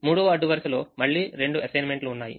3వ అడ్డు వరుసలో మళ్ళీ 2 అసైన్మెంట్లు ఉన్నాయి